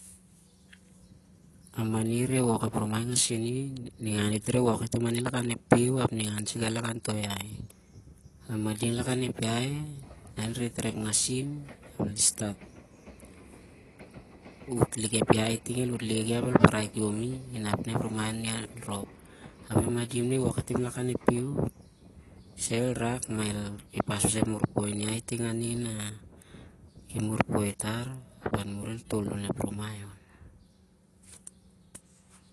A mani ireh wok ep rumai ngasin i, ningan dit tim lonpiu ap ringan dit sai gali lakan toh iahi e manding lakan ep iahi el wut lik ep iahi ap el parai khiomi inap na ep rumai ngasin el rhop. Azpeh mandingna i woki tim lon piu isaloh el rak, mah el khep pas ep morpoi in ep iahi ap el rhol ep rumai on-.